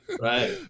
right